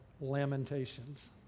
Lamentations